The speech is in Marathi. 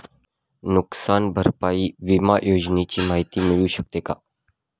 नुकसान भरपाई विमा योजनेची माहिती मिळू शकते का?